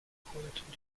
compte